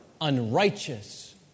unrighteous